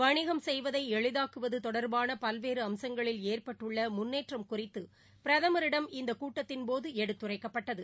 வணிகம் செய்வதைஎளிதாக்குவதுதொடர்பானபல்வேறுஅம்சங்களில் ஏற்பட்டுள்ளமுன்னேற்றம் குறித்தபிரதமரிடம் இந்தகூட்டத்தின்போதுஎடுத்துரைக்கப்பட்டது